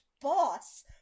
boss